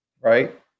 right